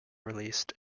released